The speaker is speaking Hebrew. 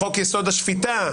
בחוק-יסוד: השפיטה,